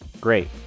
Great